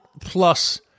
plus